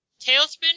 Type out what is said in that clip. Tailspin